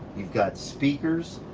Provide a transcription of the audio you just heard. you've got speakers,